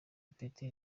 ipeti